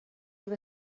with